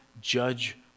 judge